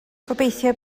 gobeithio